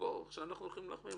עכשיו אנחנו הולכים להחמיר.